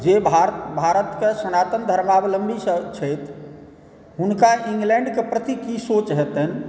जे भारतके सनातन धर्मावलम्बी सब छथि हुनका इंग्लैण्डके प्रति की सोच हेतनि